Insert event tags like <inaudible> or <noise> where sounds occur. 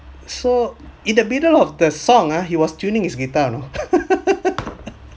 so in the middle of the song ah he was tuning his guitar you know <laughs>